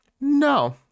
No